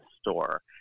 store